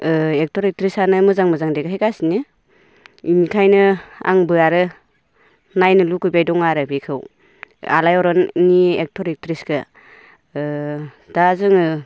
ओ एक्टर एक्ट्रेसानो मोजां मोजां देखायगासिनो बेनिखायनो आंबो आरो नायनो लुगैबाय दं आरो बेखौ आलायारननि एक्टर एक्ट्रेसखो ओ दा जोङो